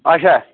اچھا